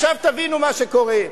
תבינו מה שקורה.